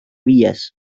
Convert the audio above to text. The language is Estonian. viies